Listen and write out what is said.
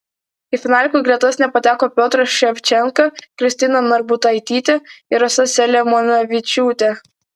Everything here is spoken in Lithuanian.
į finalininkų gretas nepateko piotras ševčenka kristina narbutaitytė ir rasa selemonavičiūtė